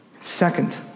Second